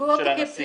סיווגו אותה כפלילי?